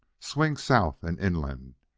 swing south and inland.